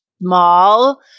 mall